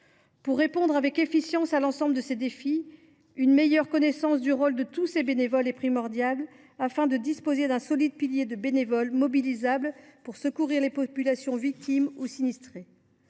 Pour répondre au mieux à l’ensemble de ces défis, une meilleure reconnaissance du rôle de tous ces bénévoles est primordiale. Nous pourrons ainsi disposer d’un solide pilier de bénévoles mobilisables pour secourir les populations victimes ou sinistrées.